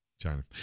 china